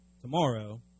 tomorrow